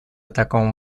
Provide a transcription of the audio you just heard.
такому